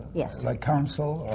yeah like counsel?